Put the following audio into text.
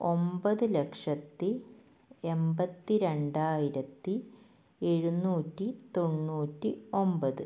ഒമ്പത് ലക്ഷത്തി എൺപത്തി രണ്ടായിരത്തി എഴുനൂറ്റി തൊണ്ണൂറ്റി ഒമ്പത്